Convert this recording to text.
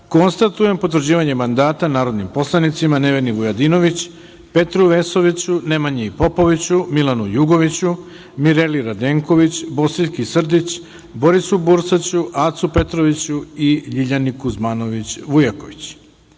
konstatujem potvrđivanje mandata narodnim poslanicima: Neveni Vujadinović, Petru Vesoviću, Nemanji Popoviću, Milanu Jugoviću, Mirjani Radenković, Bosiljki Srdić, Borisu Bursaću, Acu Petroviću i Ljiljani Kuzmanović Vujaković. Čestitam